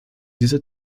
diese